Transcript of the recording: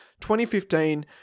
2015